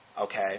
Okay